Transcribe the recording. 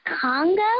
Congo